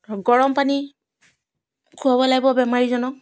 ধৰক গৰম পানী খোৱাব লাগিব বেমাৰীজনক